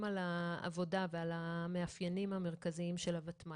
על העבודה ועל המאפיינים המרכזיים של הוותמ"ל: